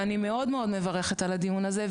ואני מאוד מאוד מברכת על הדיון הזה.